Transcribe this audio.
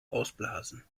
ausblasen